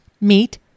meat